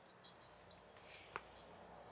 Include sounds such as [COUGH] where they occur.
[BREATH]